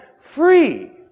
free